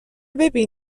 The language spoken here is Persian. ببین